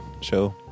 show